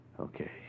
Okay